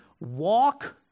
walk